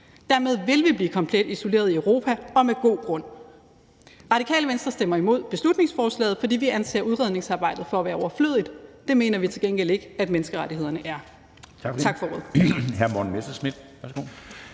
Dermed vil vi blive komplet isoleret i Europa og med god grund. Radikale Venstre stemmer imod beslutningsforslaget, fordi vi anser udredningsarbejdet for at være overflødigt. Det mener vi til gengæld ikke at menneskerettighederne er.